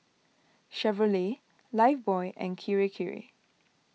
Chevrolet Lifebuoy and Kirei Kirei